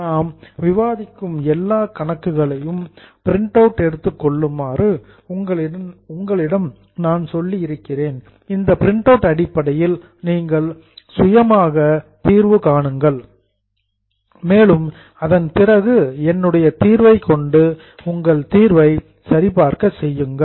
நாம் விவாதிக்கும் எல்லா கணக்குகளையும் பிரிண்ட் அவுட் எடுத்துக் கொள்ளுமாறு உங்களிடம் நான் சொல்லிக் கொண்டிருக்கிறேன் இந்த பிரிண்ட் அவுட் அடிப்படையில் நீங்கள் சுயமாக சொல்யூஷன் தீர்வு காணுங்கள் மேலும் அதன் பிறகு என்னுடைய தீர்வை கொண்டு உங்கள் தீர்வை சரி பார்க்கச் செய்யுங்கள்